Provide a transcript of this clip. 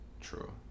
True